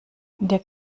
der